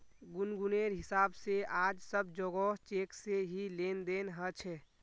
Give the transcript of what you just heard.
गुनगुनेर हिसाब से आज सब जोगोह चेक से ही लेन देन ह छे